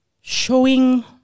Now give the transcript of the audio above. showing